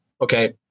okay